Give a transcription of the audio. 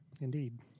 indeed